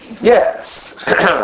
Yes